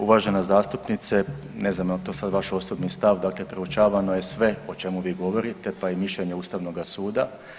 Uvažena zastupnice, ne znam jel to sad vaš osobni stav, dakle proučavano je sve o čemu vi govorite, pa i mišljenje ustavnoga suda.